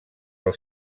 del